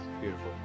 Beautiful